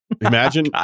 Imagine